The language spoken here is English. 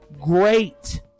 great